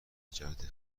جهت